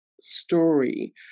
story